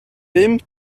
bum